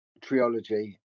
trilogy